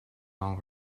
all